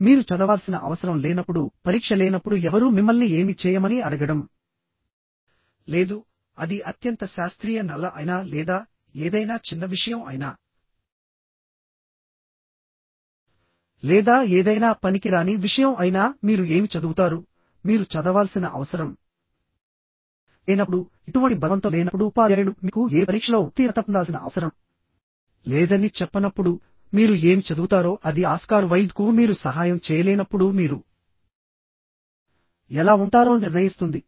మీరు చదవాల్సిన అవసరం లేనప్పుడు పరీక్ష లేనప్పుడు ఎవరూ మిమ్మల్ని ఏమీ చేయమని అడగడం లేదు అది అత్యంత శాస్త్రీయ నవల అయినా లేదా ఏదైనా చిన్న విషయం అయినా లేదా ఏదైనా పనికిరాని విషయం అయినా మీరు ఏమి చదువుతారు మీరు చదవాల్సిన అవసరం లేనప్పుడు ఎటువంటి బలవంతం లేనప్పుడు ఉపాధ్యాయుడు మీకు ఏ పరీక్షలో ఉత్తీర్ణత పొందాల్సిన అవసరం లేదని చెప్పనప్పుడు మీరు ఏమి చదువుతారో అది ఆస్కార్ వైల్డ్కు మీరు సహాయం చేయలేనప్పుడు మీరు ఎలా ఉంటారో నిర్ణయిస్తుంది